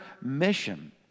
mission